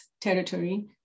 territory